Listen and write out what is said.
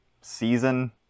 season